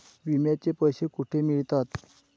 विम्याचे पैसे कुठे मिळतात?